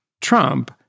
Trump